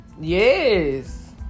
Yes